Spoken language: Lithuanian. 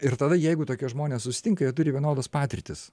ir tada jeigu tokie žmonės susitinka jie turi vienodas patirtis